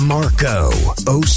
Marco